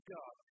God